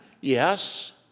yes